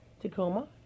Tacoma